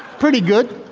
pretty good.